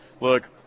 look